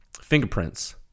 fingerprints